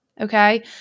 Okay